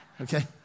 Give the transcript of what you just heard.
okay